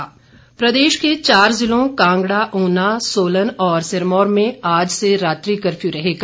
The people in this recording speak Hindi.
कर्फ्यू प्रदेश के चार ज़िलों कांगड़ा ऊना सोलन और सिरमौर में आज से रात्रि कर्फ्यू रहेगा